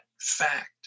fact